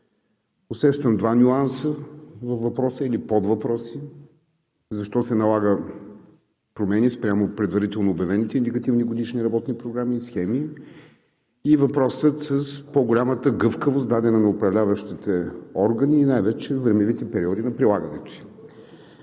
Усещам два нюанса във въпроса или подвъпроси – защо се налагат промени спрямо предварително обявените негативни годишни работни програми и схеми и въпросът с по-голямата гъвкавост, дадена на управляващите органи, най-вече времевите периоди на прилагането